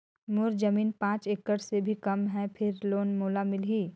मोर जमीन पांच एकड़ से भी कम है फिर लोन मोला मिलही?